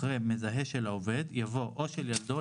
אחרי "מזהה) של העובד" יבוא "או של ילדו,